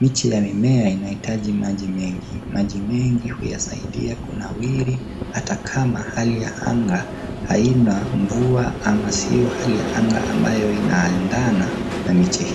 Miche ya mimea inahitaji maji mengi. Maji mengi huyasaidia kunawiri hata kama hali ya anga haina mvua ama sio hali ya anga ambayo ina andaana na miche hiyo.